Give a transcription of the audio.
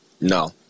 No